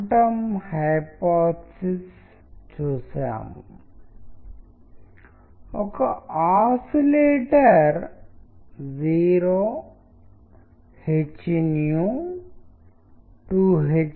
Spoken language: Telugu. మన చర్చ ఇప్పటివరకు చిత్రాల ప్రాథమికాంశాలపై దృష్టి సారించింది మరియు ఆ రెండింటి మధ్య ఉన్న సంబంధం వాటిని సున్నితంగా వ్యక్తీకరించడం మార్చడం అర్థం చేసుకోవడం మరియు విజయవంతమైన మార్గంలో ఉపయోగించుకునే విధానం అన్నిటి గురుంచి